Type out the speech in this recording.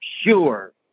sure